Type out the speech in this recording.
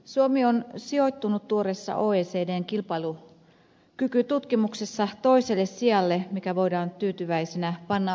suomi on sijoittunut tuoreessa oecdn kilpailukykytutkimuksessa toiselle sijalle mikä voidaan tyytyväisinä panna merkille